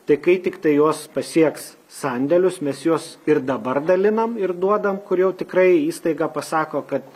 tai kai tiktai jos pasieks sandėlius mes juos ir dabar dalinam ir duodam kur jau tikrai įstaiga pasako kad